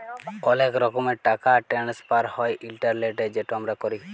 অলেক রকমের টাকা টেনেসফার হ্যয় ইলটারলেটে যেট আমরা ক্যরি